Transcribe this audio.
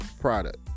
product